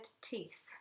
teeth